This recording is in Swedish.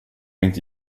inte